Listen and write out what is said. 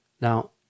Now